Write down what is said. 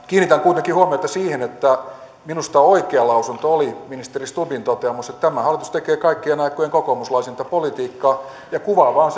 kiinnitän kuitenkin huomiota siihen että minusta oikea lausunto oli ministeri stubbin toteamus että tämä hallitus tekee kaikkien aikojen kokoomuslaisinta politiikkaa kuvaavaa on